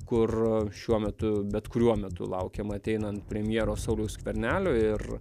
kur šiuo metu bet kuriuo metu laukiama ateinant premjero sauliaus skvernelio ir